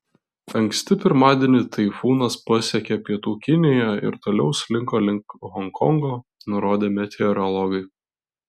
anksti pirmadienį taifūnas pasiekė pietų kiniją ir toliau slinko link honkongo nurodė meteorologai